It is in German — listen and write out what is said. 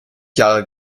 jahre